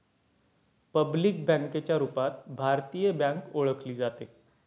public बँकेच्या रूपात भारतीय बँक ओळखली जाते